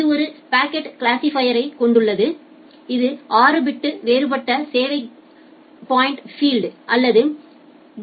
இது ஒரு பாக்கெட் கிளாசிபைரை கொண்டுள்ளது இது ஆறு பிட் வேறுபடுத்தப்பட்ட சேவை கோட் பாயிண்ட் ஃபீல்டு அல்லது டி